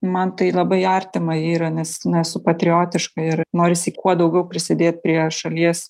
man tai labai artima yra nes nesu patriotiška ir norisi kuo daugiau prisidėt prie šalies